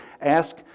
Ask